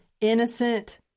innocent